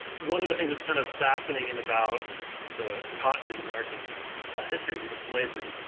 one of the things that's kind of fascinating about the cotton in american ah history in terms of slavery,